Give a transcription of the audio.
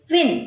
Win